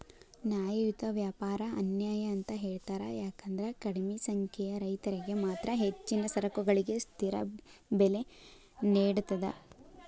ನ್ಯಾಯಯುತ ವ್ಯಾಪಾರ ಅನ್ಯಾಯ ಅಂತ ಹೇಳ್ತಾರ ಯಾಕಂದ್ರ ಕಡಿಮಿ ಸಂಖ್ಯೆಯ ರೈತರಿಗೆ ಮಾತ್ರ ಹೆಚ್ಚಿನ ಸರಕುಗಳಿಗೆ ಸ್ಥಿರ ಬೆಲೆ ನೇಡತದ